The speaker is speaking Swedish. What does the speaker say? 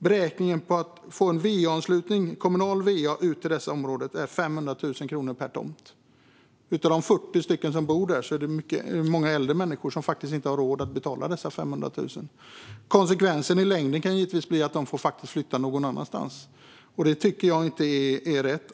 Beräkningen för att få en kommunal va-anslutning ut till detta område är 500 000 kronor per tomt. Av de 40 som bor där är det många äldre människor som inte har råd att betala dessa 500 000 kronor. Konsekvensen i längden kan givetvis bli att de får flytta någon annanstans. Det tycker jag inte är rätt.